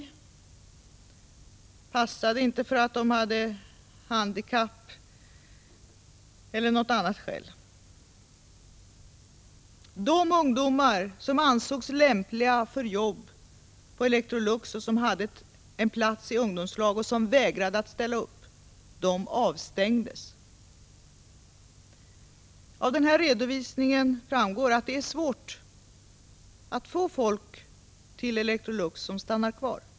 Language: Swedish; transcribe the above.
De passade inte för att de hade handikapp — eller av något annat skäl. De Av denna redovisning framgår att Electrolux har svårt att få folk som stannar kvar.